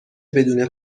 بدون